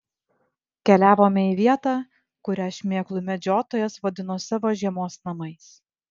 keliavome į vietą kurią šmėklų medžiotojas vadino savo žiemos namais